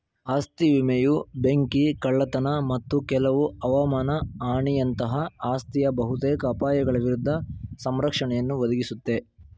ಆಸ್ತಿ ವಿಮೆಯು ಬೆಂಕಿ ಕಳ್ಳತನ ಮತ್ತು ಕೆಲವು ಹವಮಾನ ಹಾನಿಯಂತಹ ಆಸ್ತಿಯ ಬಹುತೇಕ ಅಪಾಯಗಳ ವಿರುದ್ಧ ಸಂರಕ್ಷಣೆಯನ್ನುಯ ಒದಗಿಸುತ್ತೆ